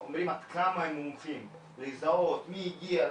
הם אומרים עד כמה הם מומחים לזהות מי הגיע,